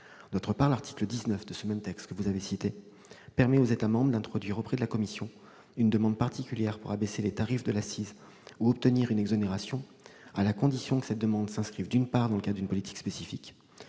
D'autre part, l'article 19 de ce même texte, que vous avez cité, permet aux États membres d'introduire auprès de la Commission une demande particulière pour abaisser les tarifs de l'accise ou obtenir une exonération à certaines conditions : d'abord, que cette demande s'inscrive dans le cadre d'une politique spécifique